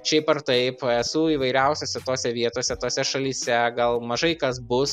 šiaip ar taip esu įvairiausiose tose vietose tose šalyse gal mažai kas bus